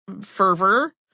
fervor